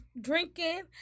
drinking